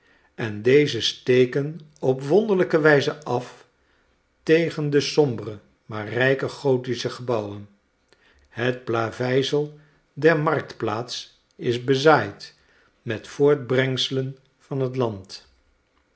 en deze steken op wonderlijke wijze af tegen de sombere maar rijke gothische gebouwen het plaveisel der marktplaats is bezaaid met voortbrengselen van het land